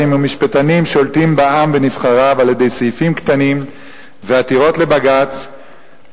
ומשפטנים שולטים בעם ובנבחריו על-ידי סעיפים קטנים ועתירות לבג"ץ,